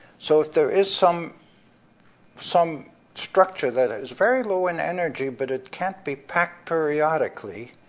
so if there is some some structure that ah is very low in energy, but it can't be packed periodically,